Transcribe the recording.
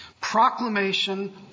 Proclamation